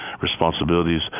responsibilities